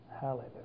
Hallelujah